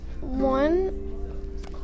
one